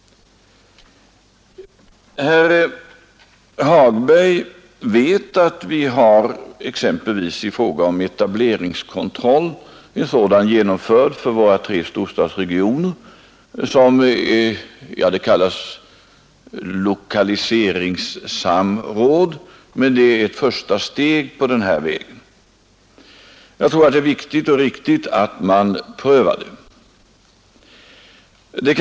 Herr Hagberg vet att vi som ett första steg på vägen mot en etableringskontroll i våra tre storstadsregioner har genomfört något som kallas lokaliseringssamråd. Jag tror också att det är riktigt och viktigt att man prövar ett sådant.